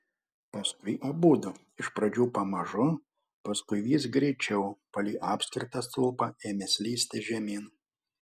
paskui abudu iš pradžių pamažu paskui vis greičiau palei apskritą stulpą ėmė slysti žemyn